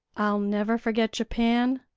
i'll never forget japan,